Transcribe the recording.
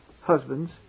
Husbands